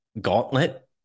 gauntlet